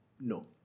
no